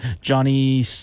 Johnny